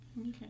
Okay